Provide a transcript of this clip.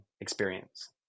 experience